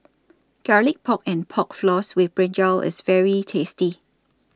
Garlic Pork and Pork Floss with Brinjal IS very tasty